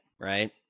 right